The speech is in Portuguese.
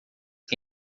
que